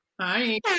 Hi